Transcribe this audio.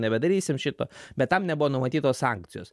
nebedarysim šito bet tam nebuvo numatytos sankcijos